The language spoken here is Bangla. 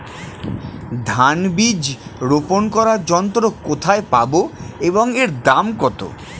ধান বীজ রোপন করার যন্ত্র কোথায় পাব এবং এর দাম কত?